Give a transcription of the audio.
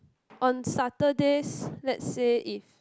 on Saturdays let's say if